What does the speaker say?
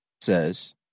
says